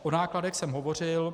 O nákladech jsem hovořil.